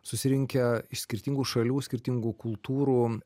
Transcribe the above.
susirinkę iš skirtingų šalių skirtingų kultūrų